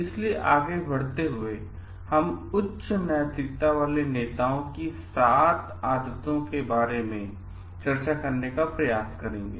इसलिए आगे बढ़ते हुए पहले हम उच्च नैतिकता वाले नेताओंकी 7 आदतों के बारे में चर्चा करने का प्रयास करेंगे